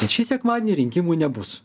bet šį sekmadienį rinkimų nebus